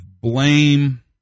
blame